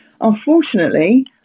unfortunately